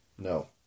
No